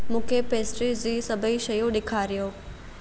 मूंखे पेस्ट्रीअ जी सभई शयूं ॾेखारियो